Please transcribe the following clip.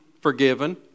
forgiven